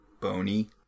bony